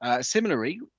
similarly